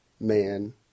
man